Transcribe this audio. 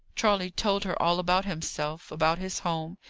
charley told her all about himself, about his home,